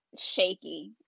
shaky